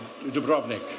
Dubrovnik